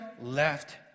left